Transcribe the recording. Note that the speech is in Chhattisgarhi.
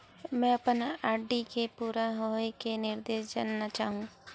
मैं अपन आर.डी के पूरा होये के निर्देश जानना चाहहु